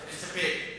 מסתפק.